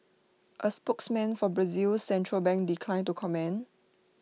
A spokesman for Brazil's central bank declined to comment